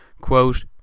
Quote